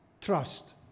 trust